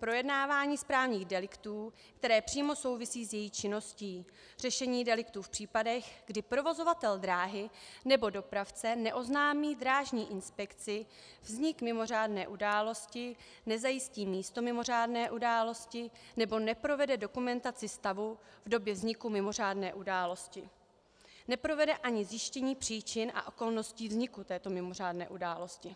projednávání správních deliktů, které přímo souvisí s její činností, řešení deliktů v případech, kdy provozovatel dráhy nebo dopravce neoznámí Drážní inspekci vznik mimořádné události, nezajistí místo mimořádné události nebo neprovede dokumentaci stavu v době vzniku mimořádné události, neprovede ani zjištění příčin a okolností vzniku této mimořádné události.